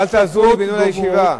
אל תעזרו לי בניהול הישיבה.